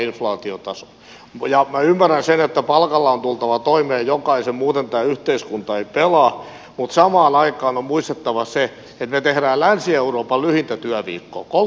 minä ymmärrän sen että palkalla on tultava toimeen jokaisen muuten tämä yhteiskunta ei pelaa mutta samaan aikaan on muistettava se että me teemme länsi euroopan lyhintä työviikkoa